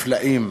נפלאים,